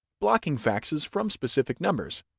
blocking faxes from specific numbers,